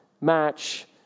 match